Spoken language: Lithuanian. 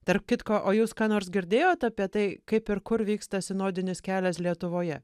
tarp kitko o jūs ką nors girdėjot apie tai kaip ir kur vyksta sinodinis kelias lietuvoje